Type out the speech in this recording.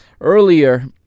earlier